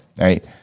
Right